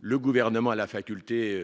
le gouvernement à la faculté,